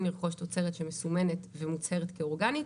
לרכוש תוצרת שמסומנת ומוצהרת כאורגנית,